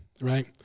right